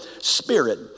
Spirit